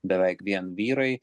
beveik vien vyrai